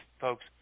folks